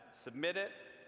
submit it.